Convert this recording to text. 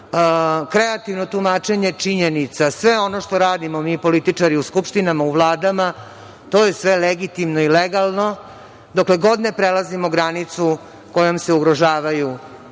kreativno tumačenja činjenica, sve ono što radimo mi političari u skupštinama, u vladama, to je sve legitimno i legalno dokle god ne prelazimo granicu kojom se ugrožavaju činjenice